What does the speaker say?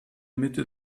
mitte